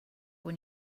when